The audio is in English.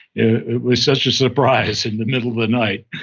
it was such a surprise in the middle of the night